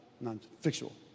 non-fictional